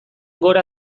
gora